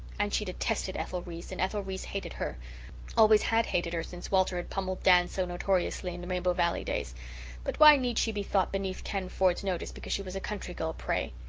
and she detested ethel reese and ethel reese hated her always had hated her since walter had pummelled dan so notoriously in rainbow valley days but why need she be thought beneath kenneth ford's notice because she was a country girl, pray?